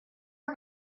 are